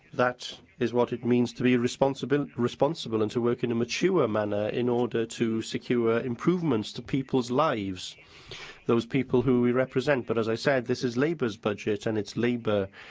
that is what it means to be responsible responsible and to work in a mature manner in order to secure improvements to people's lives those people who we represent. but, as i said, this is labour's budget, and it's labour